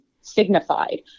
signified